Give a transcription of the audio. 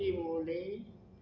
Siolim